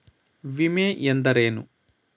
ವಿಮೆ ಎಂದರೇನು?